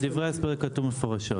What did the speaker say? כתוב מפורשות.